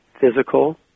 physical